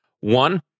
One